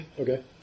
Okay